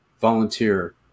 volunteer